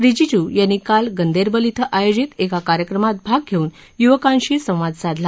रिजिजू यांनी काल गंदेरबल इथं आयोजित एका कार्यक्रमात भाग घेऊन युवकांशी संवाद साधला